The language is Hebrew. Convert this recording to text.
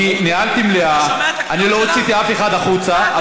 ניהלתי מליאה ולא הוצאתי אף אחד החוצה,